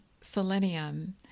selenium